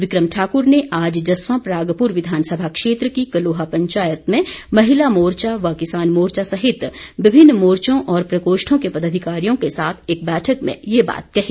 बिक्रम ठाक्र ने आज जसवां परागप्र विधानसभा क्षेत्र की कलोहा पंचायत में महिला मोर्चा व किसान मोर्चा सहित विभिन्न मोर्चों और प्रकोष्ठों के पदाधिकारियों के साथ एक बैठक में ये बात कही